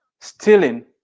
stealing